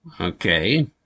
Okay